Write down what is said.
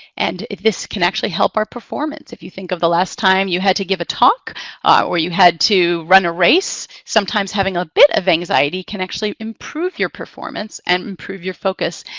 and this can actually help our performance. if you think of the last time you had to give a talk or you had to run a race, sometimes having a bit of anxiety can actually improve your performance and improve your focus.